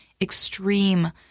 extreme